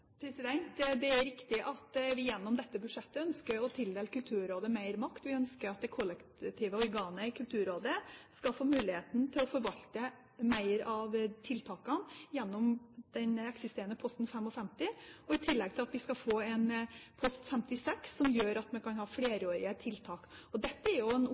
Det er riktig at vi gjennom dette budsjettet ønsker å tildele Kulturrådet mer makt. Vi ønsker at det kollektivet organet i Kulturrådet skal få muligheten til å forvalte mer av tiltakene gjennom den eksisterende post 55, i tillegg til at vi skal få en post 56, som gjør at vi kan ha flerårige tiltak. Dette er jo en